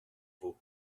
vaut